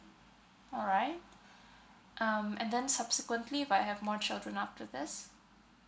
alright um and then subsequently if I have more children after this